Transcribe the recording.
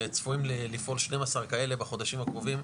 וצפויים לפעול 12 כאלה בחודשים הקרובים,